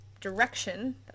direction